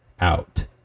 out